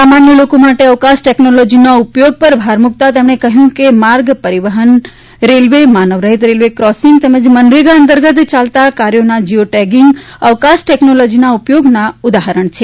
સામાન્ય લોકો માટે અવકાશ ટેકનોલોજીના ઉપયોગ પર ભાર મુકતા તેમણે ણાવ્યું હતું કે માર્ગ પરિવહન રેલવે માનવ રહિત રેલવે ક્રોસિંગ તેમ મનરેગા અંતર્ગત યાલતા કાર્યોના જીઓ ટેગિંગ અવકાશ ટેકનોલોજીના ઉપયોગના ઉદાહરણ છે